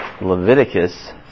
Leviticus